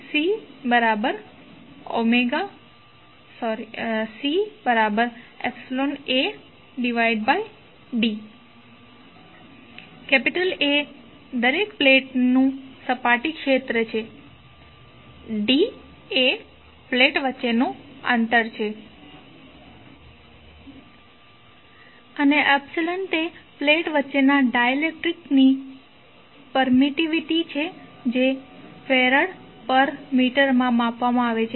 Cϵ Ad જ્યાં A દરેક પ્લેટનું સપાટી ક્ષેત્ર છે d એ પ્લેટ વચ્ચેનું અંતર છે અને તે પ્લેટ વચ્ચેના ડાઇલેક્ટ્રિક ની પેરમીટિવિટી છે જે Fm માં માપવામાં આવે છે